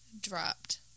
dropped